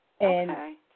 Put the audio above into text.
Okay